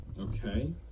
okay